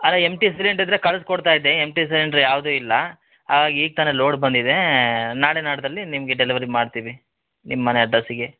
ಅದೆ empty cylinder ಇದ್ದರೆ ಕಳ್ಸಿ ಕೊಡ್ತಾ ಇದ್ದೆ ಎಮ್ಟಿ ಸಿಲಿಂಡ್ರ್ ಯಾವುದು ಇಲ್ಲ ಹಾಗಾಗಿ ಈಗ ತಾನೆ ಲೋಡ್ ಬಂದಿದೆ ನಾಳೆ ನಾಡಿದ್ದಲ್ಲಿ ನಿಮಗೆ ಡೆಲಿವರಿ ಮಾಡ್ತೀವಿ ನಿಮ್ಮ ಮನೆ ಅಡ್ರಸ್ಸಿಗೆ